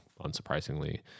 unsurprisingly